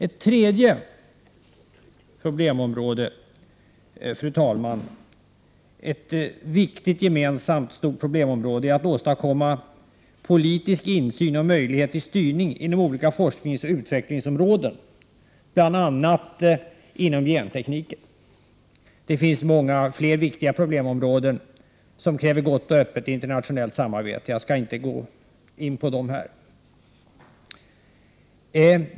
Ett tredje viktigt stort, gemensamt problemområde gäller frågan om att åstadkomma politisk insyn i och möjlighet till styrning inom olika forskningsoch utvecklingsområden, bl.a. inom gentekniken. Det finns många fler viktiga problemområden, som kräver ett gott och öppet internationellt samarbete, men jag skall inte gå in på dessa.